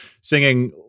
singing